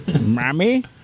Mommy